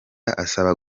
asaba